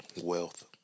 Wealth